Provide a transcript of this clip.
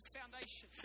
foundation